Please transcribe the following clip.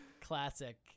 classic